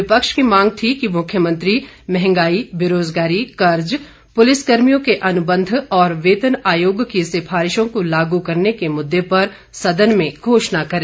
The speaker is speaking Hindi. विपक्ष की मांग थी कि मुख्यमंत्री महंगाई बेरोजगारी कर्ज पुलिस कर्मियों के अनुबंध और वेतन आयोग की सिफारिशों को लागू करने के मुद्दे पर सदन में घोषणा करे